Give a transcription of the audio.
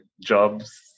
jobs